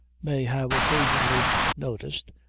may have occasionally noticed,